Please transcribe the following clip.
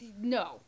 no